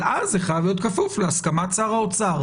אבל אז זה חייב להיות כפוף להסכמת שר האוצר.